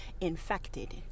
infected